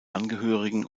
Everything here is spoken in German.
angehörigen